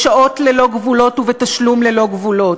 בשעות ללא גבולות ובתשלום ללא גבולות,